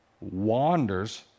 wanders